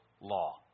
law